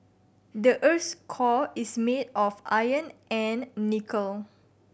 the earth's core is made of iron and nickel